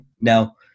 Now